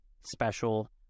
special